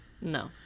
No